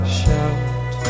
shout